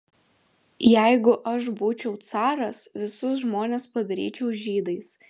jeigu aš būčiau caras visus žmonės padaryčiau žydais